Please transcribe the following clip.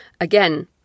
Again